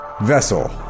vessel